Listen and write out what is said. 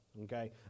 Okay